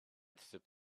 through